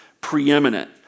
Preeminent